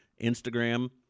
Instagram